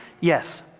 Yes